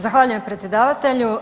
Zahvaljujem predsjedavatelju.